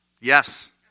Yes